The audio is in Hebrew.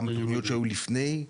גם בעליות שהיו לפני,